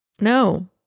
no